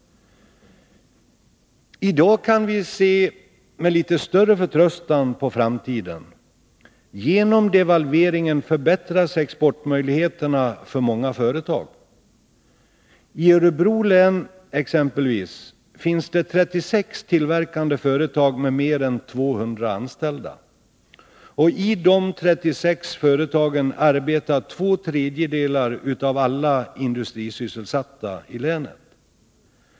I dag kan vi se med litet större förtröstan på framtiden. Genom devalveringen förbättras exportmöjligheterna för många företag. I Örebro län exempelvis finns det 36 tillverkande företag med mer än 200 anställda. I dessa 36 företag arbetar två tredjedelar av alla industrisysselsatta i länet.